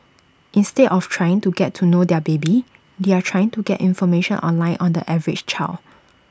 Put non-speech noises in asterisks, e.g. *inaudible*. instead of trying to get to know their *noise* baby they are trying to get information online on the average child